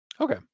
Okay